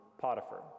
Potiphar